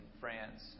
France